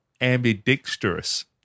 ambidextrous